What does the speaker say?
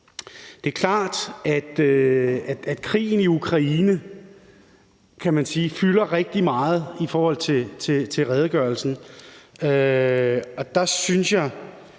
man kan sige, at krigen i Ukraine fylder rigtig meget i redegørelsen, og der synes jeg,